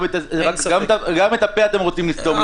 גם את הפה אתם רוצים לסתום לנו?